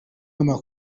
ituruka